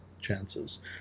chances